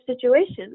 situations